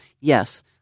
yes